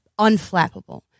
unflappable